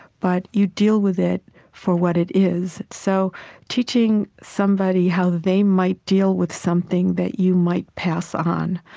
but you deal with it for what it is. so teaching somebody how they might deal with something that you might pass on